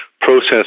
process